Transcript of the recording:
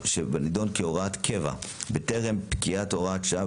שבנדון כהוראת קבע בטרם פקיעת הוראת השעה,